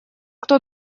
кто